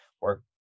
work